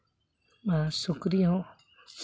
ᱟᱨ ᱥᱩᱠᱨᱤ ᱦᱚᱸ